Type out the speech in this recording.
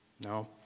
No